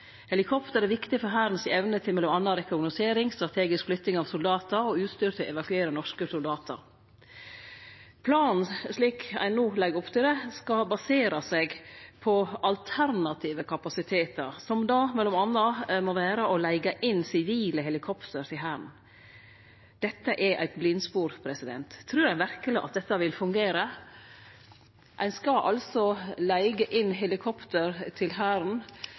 Helikopter er viktig for Hærens evne til m.a. rekognosering, strategisk flytting av soldatar og utstyr til å evakuere norske soldatar. Planen – slik ein no legg opp til det – skal basere seg på alternative kapasitetar, som m.a. må vere å leige inn sivile helikopter til Hæren. Dette er eit blindspor. Trur ein verkeleg at dette vil fungere? Ein skal altså leige inn helikopter til Hæren